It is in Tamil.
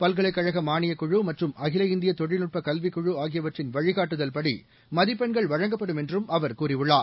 பல்கலைக் கழகமானியக் குழு மற்றும் அகில இந்தியதொழில்நுட்பகல்விக்குழுஆகியவற்றின் வழிகாட்டுதல்படி மதிப்பெண்கள் வழங்கப்படும் என்றும் அவர் கூறியுள்ளார்